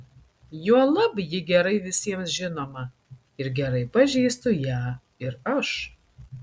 juolab ji gerai visiems žinoma ir gerai pažįstu ją ir aš